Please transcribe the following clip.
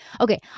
okay